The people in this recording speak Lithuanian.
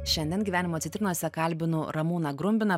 šiandien gyvenimo citrinose kalbinu ramūną grumbiną